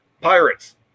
Pirates